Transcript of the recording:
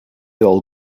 all